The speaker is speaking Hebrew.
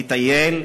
לטייל,